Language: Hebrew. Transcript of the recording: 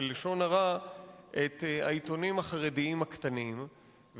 לשון הרע את העיתונים החרדיים הקטנים,